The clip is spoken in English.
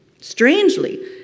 Strangely